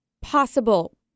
possible